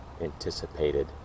anticipated